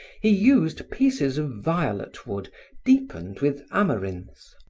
he used pieces of violet wood deepened with amarinth.